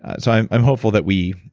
so i'm i'm hopeful that we.